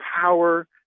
power